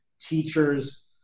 teachers